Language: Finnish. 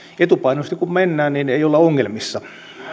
etupainoisesti kun mennään niin ei olla ongelmissa hyvä